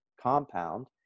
compound